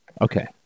Okay